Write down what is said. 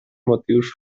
motius